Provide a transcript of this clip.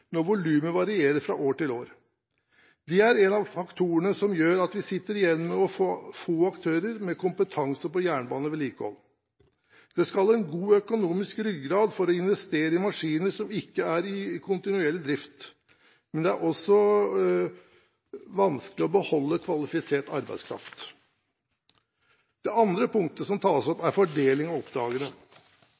når volumet varierer fra år til år. Det er én av faktorene som gjør at vi sitter igjen med få aktører med kompetanse på jernbanevedlikehold. Det skal en god økonomisk ryggrad til for å investere i maskiner som ikke er i kontinuerlig drift, men det er også vanskelig å beholde kvalifisert arbeidskraft. Det andre punktet som tas opp, er fordeling av